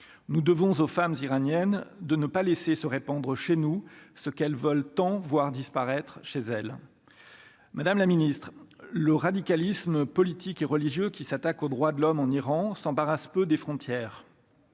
nous devons aux femmes iraniennes de ne pas laisser se répandre chez nous, ce qu'elles veulent tant voir disparaître chez elle, Madame la Ministre, le radicalisme politique et religieux qui s'attaque aux droits de l'homme en Iran s'embarrasse peu des frontières.